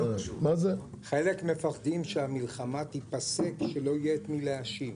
חלק מפחדים שהמלחמה תיפסק ולא יהיה את מי להאשים.